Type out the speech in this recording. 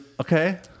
okay